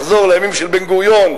לחזור לימים של בן-גוריון,